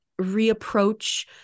reapproach